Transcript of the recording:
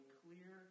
clear